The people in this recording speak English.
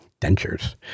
Dentures